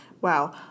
Wow